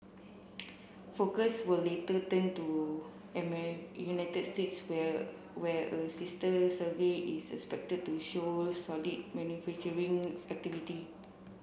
focus will later turn to United States where where a sister survey is expected to show solid manufacturing activity